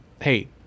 hey